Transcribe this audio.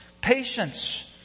patience